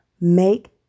make